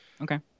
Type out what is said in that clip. Okay